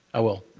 i will.